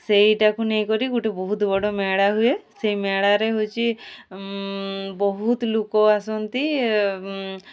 ସେଇଟାକୁ ନେଇକରି ଗୋଟେ ବହୁତ ବଡ଼ ମେଳା ହୁଏ ସେଇ ମେଳାରେ ହେଉଛି ବହୁତ ଲୋକ ଆସନ୍ତି